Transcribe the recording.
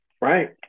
right